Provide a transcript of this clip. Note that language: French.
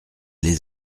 les